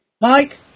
Mike